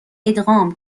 ادغام